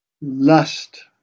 lust